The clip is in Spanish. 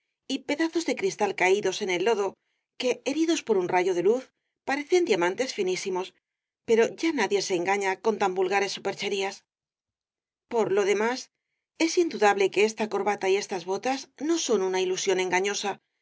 y pedazos de cristal caídos en el lodo que heridos por un rayo de luz parecen diamantes finísimos pero ya nadie se engaña con tan vulgares supercheríaspor lo demás es indudable que esta corbata y estas botas no son una ilusión engañosa